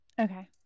Okay